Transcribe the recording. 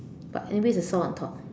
but anyway is a saw on top